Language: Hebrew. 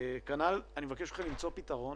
כנ"ל אני מבקש מכם למצוא פתרון